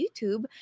YouTube